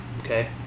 Okay